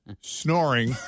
snoring